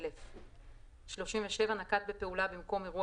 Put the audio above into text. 1,000. (37) נקט בפעולה במקום אירוע